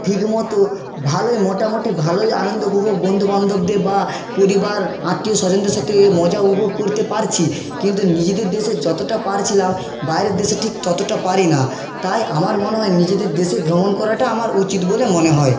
ঠিকমতো ভালোই মোটামুটি ভালোই আনন্দ উপভোগ বন্ধু বান্ধবদের বা পরিবার আত্মীয় স্বজনদের সাথে মজা উপভোগ করতে পারছি কিন্তু নিজেদের দেশের যতটা পারছিলাম বাইরের দেশে ঠিক ততটা পারি না তাই আমার মনে হয় নিজেদের দেশে ভ্রমণ করাটা আমার উচিত বলে মনে হয়